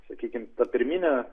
sakykim ta pirminė